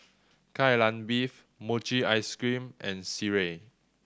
Kai Lan Beef mochi ice cream and sireh